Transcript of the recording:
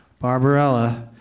Barbarella